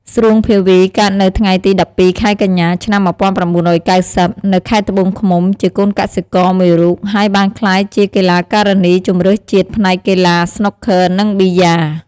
ស្រួង ភាវី កើតនៅថ្ងៃទី ១២ ខែកញ្ញា ឆ្នាំ ១៩៩០ នៅខេត្តត្បូងឃ្មុំ ជាកូនកសិករមួយរូប ហើយបានក្លាយជាកីឡាការិនីជម្រើសជាតិផ្នែកកីឡាស្នូកឃ័រនិងប៊ីយ៉ា។